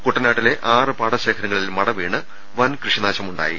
കുട്ടനാട്ടിലെ ആറ് പാടശേഖരങ്ങളിൽ മടിവീണ് വൻ കൃഷി നാശമുണ്ടാ യി